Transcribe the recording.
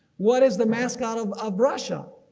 what is the mascot of of russia?